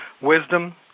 wisdom